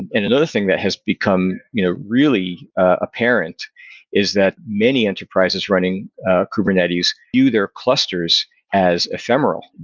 and another thing that has become you know really apparent is that many enterprises running kubernetes view their clusters as ephemeral.